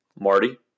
Marty